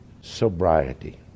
sobriety